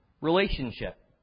relationship